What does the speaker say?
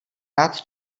rád